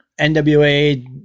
NWA